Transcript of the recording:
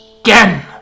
again